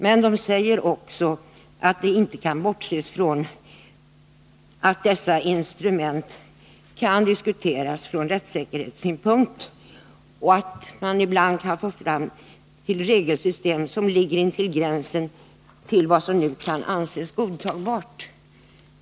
Men man säger också att det inte går att bortse från att dessa instrument kan diskuteras från rättssäkerhetssynpunkt och att man ibland kan få fram regelsystem som ligger intill gränsen för vad som nu kan anses godtagbart.